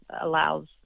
allows